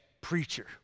preacher